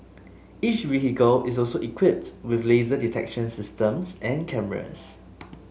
each vehicle is also equipped with laser detection systems and cameras